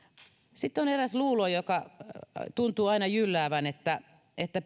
sitten on eräs luulo joka tuntuu aina jylläävän että että